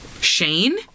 Shane